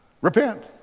Repent